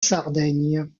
sardaigne